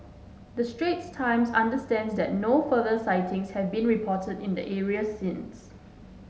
the Straits Times understands that no further sightings have been reported in the areas since